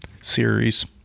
series